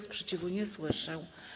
Sprzeciwu nie słyszę.